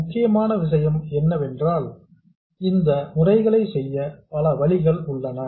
முக்கியமான விஷயம் என்னவென்றால் இந்த முறைகளை செய்ய பல வழிகள் உள்ளன